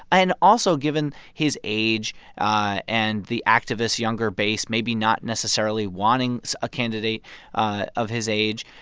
and also, given his age and the activist, younger base maybe not necessarily wanting a candidate ah of his age.